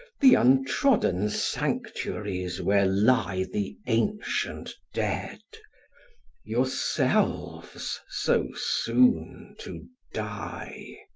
the untrodden sanctuaries where lie the ancient dead yourselves so soon to die!